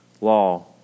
law